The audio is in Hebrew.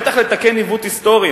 בטח לתקן עיוות היסטורי,